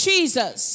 Jesus